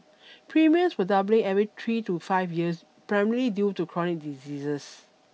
premiums were doubling every three to five years primarily due to chronic diseases